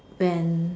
when